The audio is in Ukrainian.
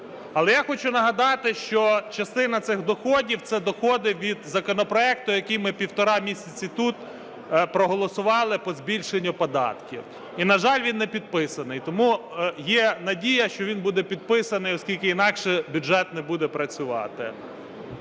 Але я хочу нагадати, що частина цих доходів – це доходи від законопроекту, який ми півтора місяця тут проголосували по збільшенню податків. І, на жаль, він не підписаний. Тому є надія, що він буде підписаний, оскільки інакше бюджет не буде працювати.